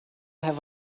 have